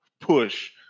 push